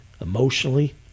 emotionally